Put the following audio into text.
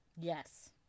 Yes